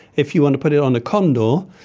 if you want to put it on a condor,